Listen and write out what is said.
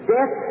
Death